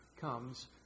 comes